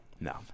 No